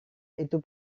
itu